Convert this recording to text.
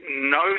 no